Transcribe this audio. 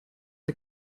the